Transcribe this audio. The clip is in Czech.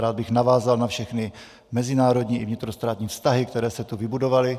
Rád bych navázal na všechny mezinárodní i vnitrostátní vztahy, které se tu vybudovaly.